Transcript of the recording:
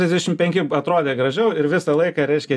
trisdešim penki atrodė gražiau ir visą laiką reiškia